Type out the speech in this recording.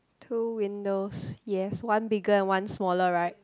two windows yes one bigger and one smaller right